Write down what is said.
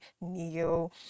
neo